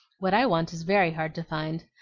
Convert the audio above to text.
what i want is very hard to find.